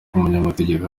umunyamategeko